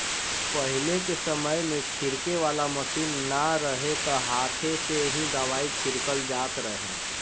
पहिले के समय में छिड़के वाला मशीन ना रहे त हाथे से ही दवाई छिड़कल जात रहे